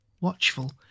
watchful